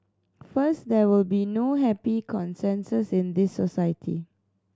first there will be no happy consensus in the society